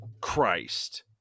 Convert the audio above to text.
Christ